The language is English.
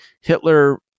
Hitler